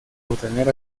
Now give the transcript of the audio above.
obtener